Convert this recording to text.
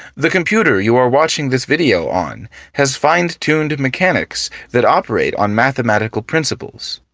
the computer you are watching this video on has fine-tuned mechanics that operate on mathematical principles.